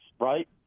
right